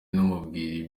namubwira